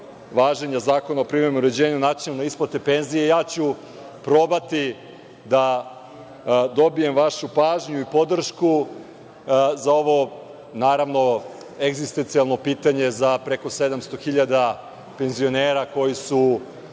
važenja Zakona o privremenom uređenju načina isplate penzija, ja ću probati da dobijem vašu pažnju i podršku za ovo egzistencionalno pitanje za preko 700.000 penzionera koji su